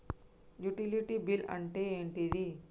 Utility bill అంటే ఏంటిది?